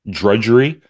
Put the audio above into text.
drudgery